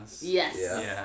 Yes